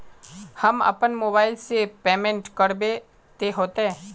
हम अपना मोबाईल से पेमेंट करबे ते होते?